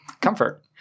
Comfort